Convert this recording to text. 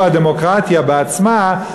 שהוא הדמוקרטיה בעצמה,